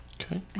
Okay